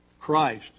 Christ